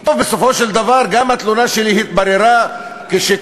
טוב, בסופו של דבר גם התלונה התבררה כשקרית,